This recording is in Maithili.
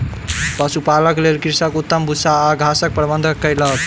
पशुपालनक लेल कृषक उत्तम भूस्सा आ घासक प्रबंध कयलक